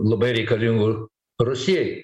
labai reikalingų rusijai